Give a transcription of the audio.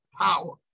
power